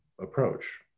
approach